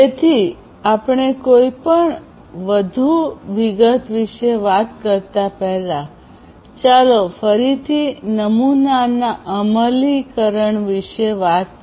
તેથી આપણે કોઈ વધુ વિગત વિશે વાત કરતા પહેલા ચાલો ફરીથી નમૂનાના અમલીકરણ વિશે વાત કરીએ